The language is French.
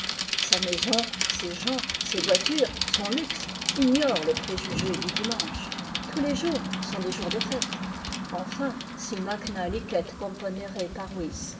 sa maison ses gens ses voitures son luxe ignorent le préjugé du dimanche tous les jours sont des jours de fête enfin si magna licet componere parvis